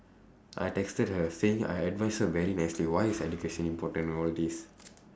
I texted her saying I advise her very nicely saying why is education important and all this